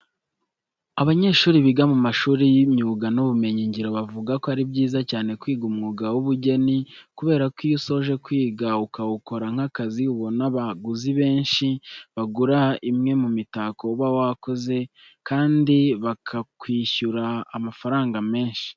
Abanyeshuri biga mu bigo by'amashuri y'imyuga n'ubumenyingiro, bavuga ko ari byiza cyane kwiga umwuga w'ubugeni kubera ko iyo usoje kwiga ukawukora nk'akazi ubona abaguzi benshi bagura imwe mu mitako uba warakoze kandi bakakwishura amafaranga menshi.